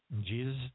Jesus